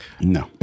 No